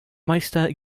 meister